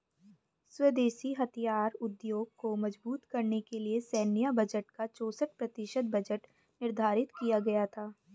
स्वदेशी हथियार उद्योग को मजबूत करने के लिए सैन्य बजट का चौसठ प्रतिशत बजट निर्धारित किया गया था